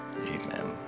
Amen